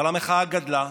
אבל המחאה גדלה,